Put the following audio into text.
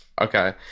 Okay